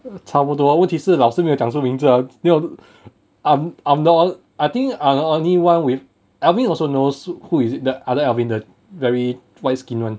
差不多问题是老师没有讲出名字没有 ah then 我就 I'm I'm the o~ I think I'm the only one with alvin also knows who is it the other alvin the very white skin one